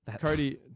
Cody